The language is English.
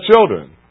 children